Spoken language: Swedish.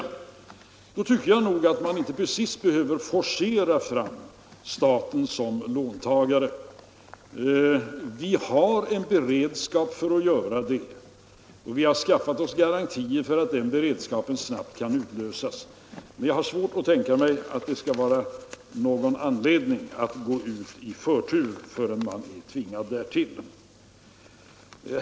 Och då tycker jag inte att man direkt behöver forcera fram staten som låntagare. Vi har en beredskap för att låna, och vi har skaffat oss garantier för att den beredskapen kan utlösas snabbt, men jag har svårt att tänka mig att det föreligger anledning att gå ut och låna förrän vi är tvungna till det.